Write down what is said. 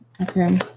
Okay